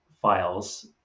files